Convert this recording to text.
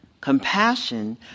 Compassion